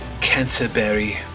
Canterbury